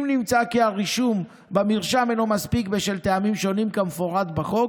אם נמצא כי הרישום במרשם אינו מספיק בשל טעמים שונים כמפורט בחוק,